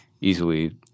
easily